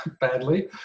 badly